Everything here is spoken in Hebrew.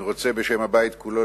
בשם הבית כולו,